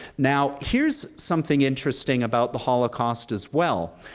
now, here's something interesting about the holocaust as well.